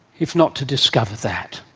if not to discover that?